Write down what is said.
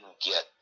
get